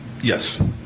yes